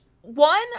one